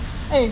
eh